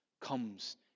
comes